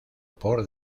por